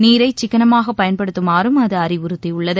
நீரை சிக்கனமாக பயன்படுத்துமாறும் அது அறிவுறுத்தியுள்ளது